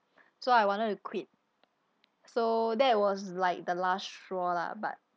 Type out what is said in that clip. so I wanted to quit so that was like the last straw lah but